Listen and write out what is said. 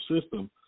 system